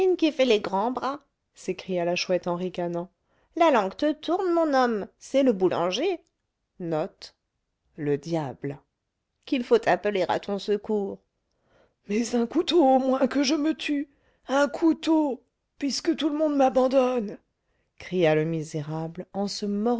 qui fait les grands bras s'écria la chouette en ricanant la langue te tourne mon homme c'est le boulanger qu'il faut appeler à ton secours mais un couteau au moins que je me tue un couteau puisque tout le monde m'abandonne cria le misérable en se